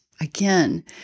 Again